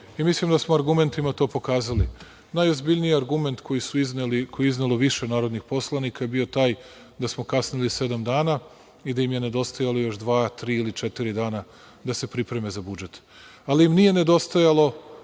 Mislim da smo argumentima to i pokazali. Najozbiljniji argument koji je iznelo više narodnih poslanika, je bio taj da smo kasnili sedam dana i da im je nedostajalo još dva, tri ili četiri dana da se pripreme za budžet. Ali, im nije nedostajalo